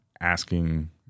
asking